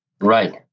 Right